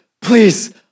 please